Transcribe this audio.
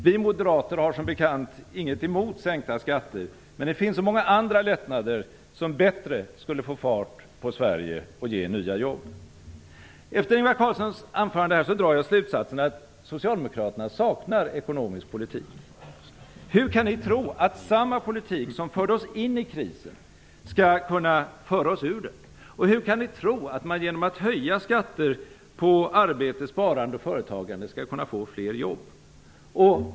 Vi moderater har som bekant inget emot sänkta skatter, men det finns så många andra lättnader som bättre skulle få fart på Sverige och ge nya jobb. Efter Ingvar Carlssons anförande här drar jag slutsatsen att socialdemokraterna saknar ekonomisk politik. Hur kan ni tro att samma politik som förde oss in i krisen skall kunna föra oss ur den? Och hur kan ni tro att man genom att höja skatter på arbete, sparande och företagande skall kunna få fler jobb?